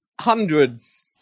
hundreds